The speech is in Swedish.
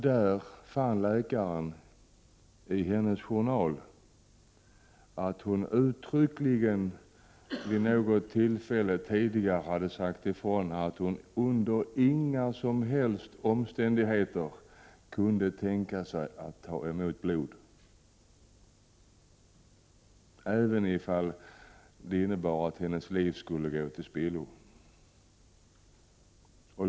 Där fann en läkare i kvinnans journal att hon tidigare uttryckligen hade sagt att hon under inga omständigheter kunde tänka sig att ta emot blod, även om det skulle innebära att hennes liv gick till spillo.